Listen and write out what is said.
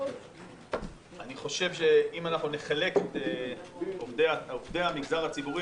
אני חושב שאם נחלק את עובדי המגזר הציבורי